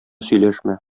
сөйләшмә